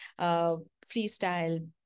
freestyle